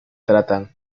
tratan